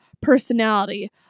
personality